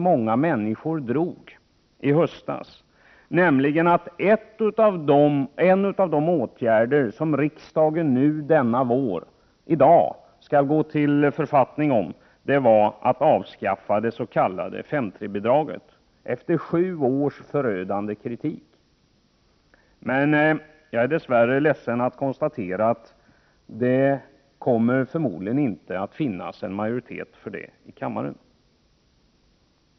Många människor drog säkert i höstas slutsatsen att en av de åtgärder som riksdagen nu i vår, i dag, skulle vidta var avskaffandet av 5:3-bidraget — och det efter sju års förödande kritik. Jag är dess värre ledsen att behöva konstatera att det troligen inte kommer att finnas en majoritet härför i kammaren.